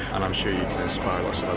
and i'm sure you can inspire lots